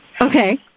Okay